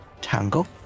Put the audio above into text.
Tango